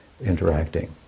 interacting